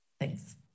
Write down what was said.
Thanks